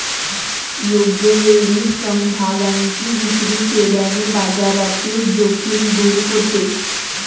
योग्य वेळी समभागांची विक्री केल्याने बाजारातील जोखीम दूर होते